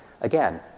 Again